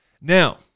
Now